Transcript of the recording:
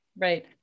Right